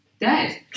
dead